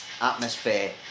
atmosphere